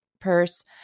purse